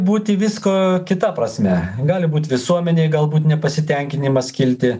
būti visko kita prasme gali būt visuomenėj galbūt nepasitenkinimas kilti